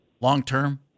long-term